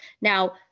Now